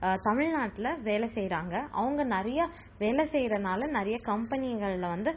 தமிழ்நாட்ல வேலை செய்யறாங்க அவங்க நிறையா வேலை செய்றனால நிறைய கம்பெனிகளில் வந்து